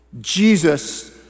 Jesus